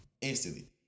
Instantly